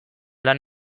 lan